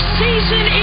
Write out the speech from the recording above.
season